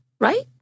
right